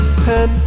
pen